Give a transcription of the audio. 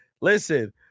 Listen